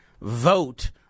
vote